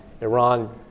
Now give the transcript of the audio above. Iran